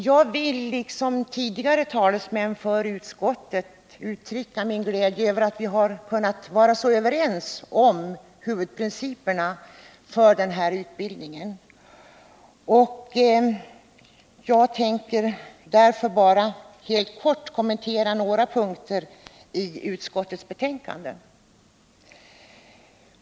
Jag vill, liksom tidigare talesmän för utskottet, uttrycka min glädje över att vi har kunnat vara så överens om huvudprinciperna för den här utbildningen, och jag tänker därför bara helt kort kommentera några punkter i utskottets betänkande.